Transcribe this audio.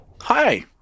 hi